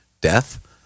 death